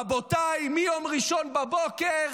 רבותיי, מיום ראשון בבוקר